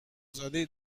زاده